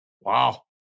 Wow